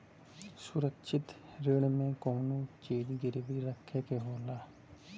सुरक्षित ऋण में कउनो चीज गिरवी रखे के होला